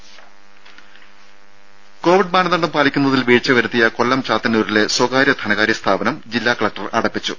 രുര കോവിഡ് മാനദ്ണ്ഡം പാലിക്കുന്നതിൽ വീഴ്ച വരുത്തിയ കൊല്ലം ചാത്തന്നൂരിലെ സ്വകാര്യ ധനകാര്യ സ്ഥാപനം ജില്ലാ കലക്ടർ അടപ്പിച്ചു